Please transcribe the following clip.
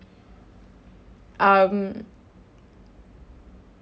um